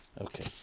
Okay